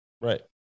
Right